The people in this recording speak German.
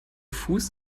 fuß